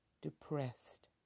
depressed